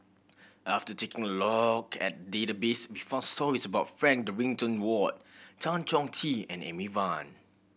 after taking a look at the database we found stories about Frank Dorrington Ward Tan Chong Tee and Amy Van